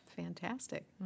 fantastic